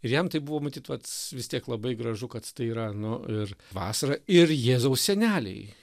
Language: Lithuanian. ir jam tai buvo matyt vat vis tiek labai gražu kad tai yra nu ir vasara ir jėzaus seneliai